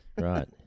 Right